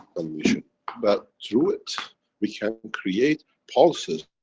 condition? that, through it we can create pulses